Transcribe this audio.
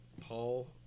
Paul